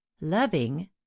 loving